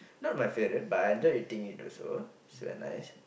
not my favourite but I enjoy eating it also so nice